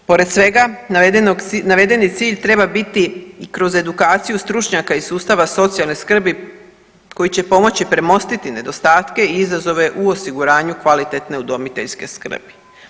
Pored svega navedeni cilj treba biti i kroz edukaciju stručnjaka iz sustava socijalne skrbi koji će pomoći premostiti nedostatke i izazove u osiguranju kvalitetne udomiteljske skrbi.